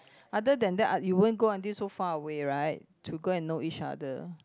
other than that ah you won't go until so far away right to go and know each other